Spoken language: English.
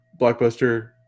blockbuster